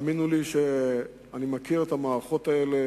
האמינו לי שאני מכיר את המערכות האלה